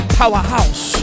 powerhouse